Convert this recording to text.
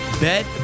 Bet